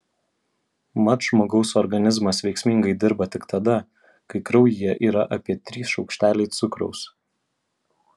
mat žmogaus organizmas veiksmingai dirba tik tada kai kraujyje yra apie trys šaukšteliai cukraus